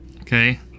Okay